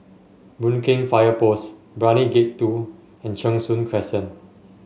Boon Keng Fire Post Brani Gate Two and Cheng Soon Crescent